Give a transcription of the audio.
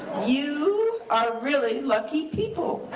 you are really lucky people.